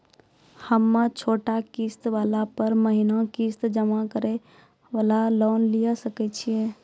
हम्मय छोटा किस्त वाला पर महीना किस्त जमा करे वाला लोन लिये सकय छियै?